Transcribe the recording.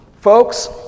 Folks